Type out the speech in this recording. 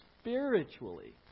spiritually